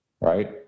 right